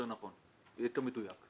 יותר נכון, יותר מדויק.